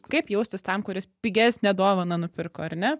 kaip jaustis tam kuris pigesnę dovaną nupirko ar ne